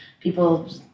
people